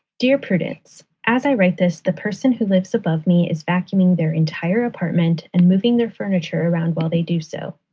dear prudence, as i write this, the person who lives above me is vacuuming their entire apartment and moving their furniture around while they do so.